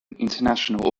international